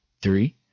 three